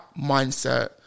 mindset